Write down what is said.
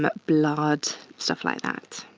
but blood, stuff like that.